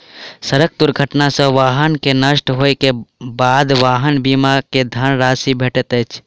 सड़क दुर्घटना सॅ वाहन के नष्ट होइ के बाद वाहन बीमा के धन राशि भेटैत अछि